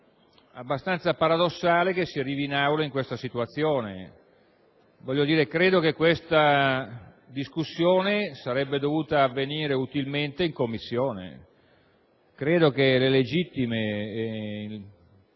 abbastanza paradossale che si arrivi in Aula in questa situazione. Credo, infatti, che questa discussione sarebbe dovuta avvenire utilmente in Commissione. Ritengo che le legittime